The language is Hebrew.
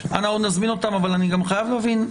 נזמין אותם, אבל אני גם חייב להבין,